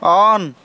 on